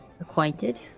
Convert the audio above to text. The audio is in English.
acquainted